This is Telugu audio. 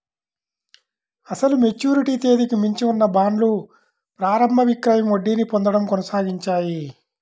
అసలు మెచ్యూరిటీ తేదీకి మించి ఉన్న బాండ్లు ప్రారంభ విక్రయం వడ్డీని పొందడం కొనసాగించాయి